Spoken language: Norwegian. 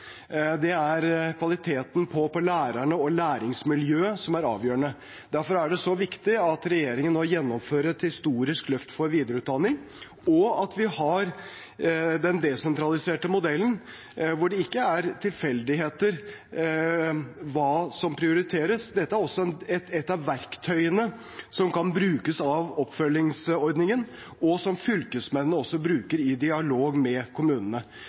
det så viktig at regjeringen nå gjennomfører et historisk løft for videreutdanning, og at vi har den desentraliserte modellen der det ikke er tilfeldig hva som prioriteres. Dette er et av verktøyene som kan brukes av oppfølgingsordningen, og som fylkesmennene også bruker i dialog med kommunene,